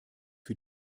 für